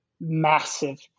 massive